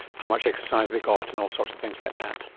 how much exercise they got and all sorts of things like that.